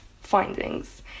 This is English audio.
findings